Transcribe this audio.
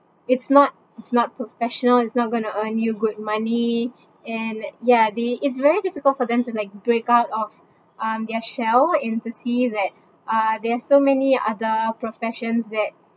it's not it's not professional it's not going to earn you good money and ya they it's very difficult for them to like break out of um their shell and to see that uh there are so many other professions that